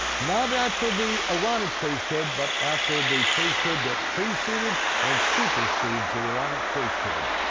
not after the aaronic priesthood, but after the priesthood that preceded and supersedes the aaronic priesthood.